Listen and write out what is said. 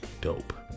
dope